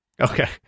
Okay